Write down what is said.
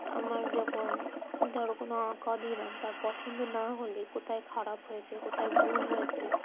আমার যখন ধরো কোনো আঁকা দিলাম তার পছন্দ না হলে কোথায় খারাপ হয়েছে কোথায় ভুল হয়েছে